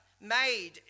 made